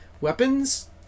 weapons